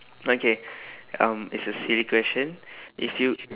okay um it's a silly question if you